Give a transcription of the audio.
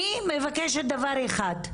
אני מבקשת דבר אחד,